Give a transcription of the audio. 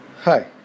Hi